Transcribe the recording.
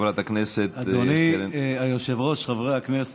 אדוני היושב-ראש, חברי הכנסת,